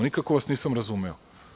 Nikako vas nisam razumeo.